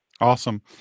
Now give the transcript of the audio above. Awesome